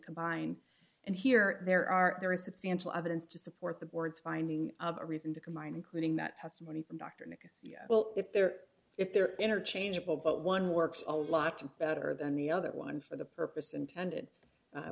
combine and here there are there is substantial evidence to support the board's finding a reason to combine including that testimony from dr nick well if they're if they're interchangeable but one works a lot better than the other one for the purpose intended